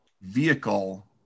vehicle